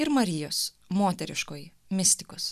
ir marijos moteriškoji mistikus